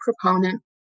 proponent